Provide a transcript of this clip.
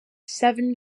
seven